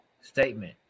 statement